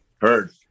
Heard